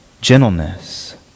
gentleness